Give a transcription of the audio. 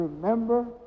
Remember